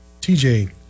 TJ